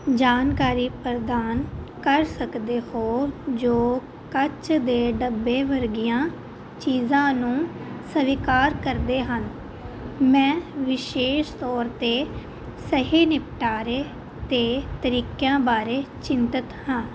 ਜਾਣਕਾਰੀ ਪ੍ਰਦਾਨ ਕਰ ਸਕਦੇ ਹੋ ਜੋ ਕੱਚ ਦੇ ਡੱਬੇ ਵਰਗੀਆਂ ਚੀਜ਼ਾਂ ਨੂੰ ਸਵੀਕਾਰ ਕਰਦੇ ਹਨ ਮੈਂ ਵਿਸ਼ੇਸ਼ ਤੌਰ 'ਤੇ ਸਹੀ ਨਿਪਟਾਰੇ ਅਤੇ ਤਰੀਕਿਆਂ ਬਾਰੇ ਚਿੰਤਤ ਹਾਂ